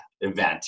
event